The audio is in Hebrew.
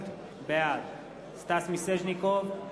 בעד סטס מיסז'ניקוב,